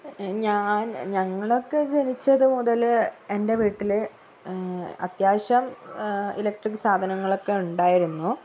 ഞാൻ ഞങ്ങളൊക്കെ ജനിച്ചത് മുതൽ എൻ്റെ വീട്ടിൽ അത്യാവശ്യം ഇലക്ട്രിക്ക് സാധനങ്ങളൊക്കെ ഉണ്ടായിരുന്നു